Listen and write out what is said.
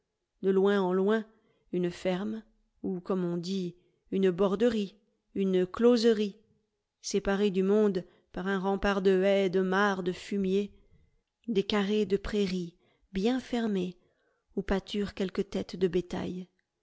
de loin en loin une ferme ou comme on dit une borderie une closerie séparée du monde par un rempart de haies de mares de fumiers des carrés de prairie bien fermés où pâturent quelques têtes de bétail